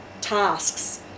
tasks